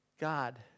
God